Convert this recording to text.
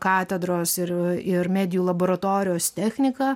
katedros ir ir medijų laboratorijos techniką